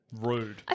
rude